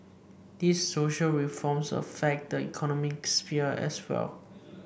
these social reforms affect the economic sphere as well